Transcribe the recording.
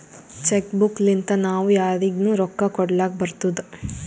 check book ಲಿಂತಾ ನಾವೂ ಯಾರಿಗ್ನು ರೊಕ್ಕಾ ಕೊಡ್ಲಾಕ್ ಬರ್ತುದ್